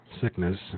sickness